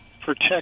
protect